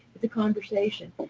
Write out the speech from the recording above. it's a conversation,